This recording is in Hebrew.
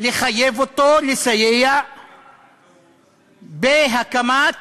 לסייע בהקמת